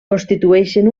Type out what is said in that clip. constitueixen